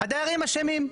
הדיירים אשמים.